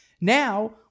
Now